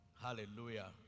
Hallelujah